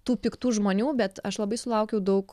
tų piktų žmonių bet aš labai sulaukiau daug